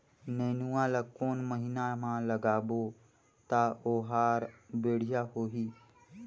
नेनुआ ला कोन महीना मा लगाबो ता ओहार बेडिया होही?